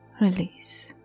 release